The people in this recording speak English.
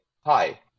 hi